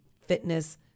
fitness